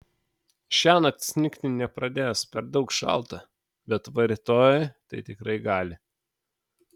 šiąnakt snigti nepradės per daug šalta bet va rytoj tai tikrai gali